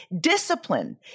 Discipline